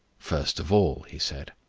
first of all, he said,